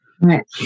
Right